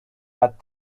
but